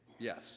Yes